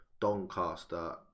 Doncaster